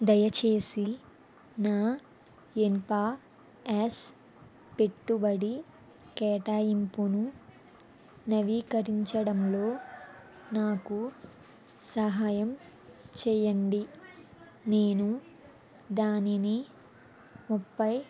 దయచేసి నా ఎన్పిఎస్ పెట్టుబడి కేటాయింపును నవీకరించడంలో నాకు సహాయం చెయ్యండి నేను దానిని ముప్పై